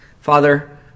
Father